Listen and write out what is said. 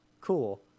Cool